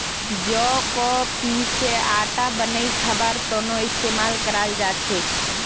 जौ क पीसे आटा बनई खबार त न इस्तमाल कराल जा छेक